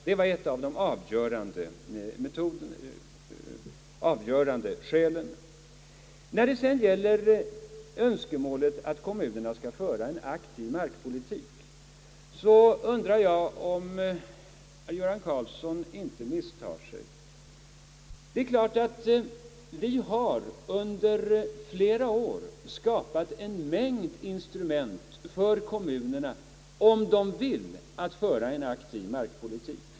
Det var ett av de avgörande skälen. När det sedan gäller önskemålet att kommunerna skall föra en aktiv markpolitik, undrar jag om herr Göran Karlsson inte misstar sig. Vi har under flera år skapat en mängd instrument för kommunerna att använda om de vill föra en aktiv markpolitik.